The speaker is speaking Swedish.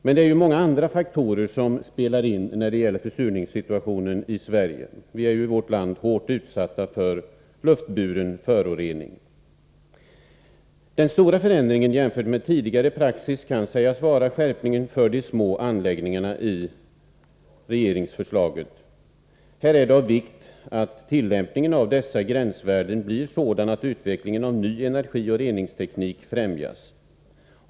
Men det är ju så många andra faktorer som där spelar in. Vi är ju i vårt land hårt utsatta för luftburen förorening. Den stora förändringen jämfört med tidigare praxis kan sägas vara skärpningen i regeringsförslaget för de små anläggningarna. Här är det av vikt att tillämpningen av dessa gränsvärden blir sådan att utvecklingen av ny energioch reningsteknik främjas.